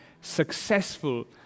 successful